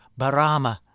barama